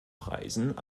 preisen